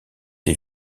des